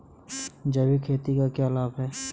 जैविक खेती के क्या लाभ हैं?